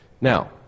Now